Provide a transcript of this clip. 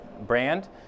brand